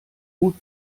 gut